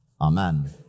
Amen